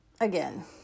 again